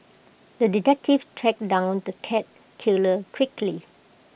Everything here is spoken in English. the detective tracked down the cat killer quickly